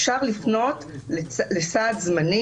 אפשר לפנות לסעד זמני,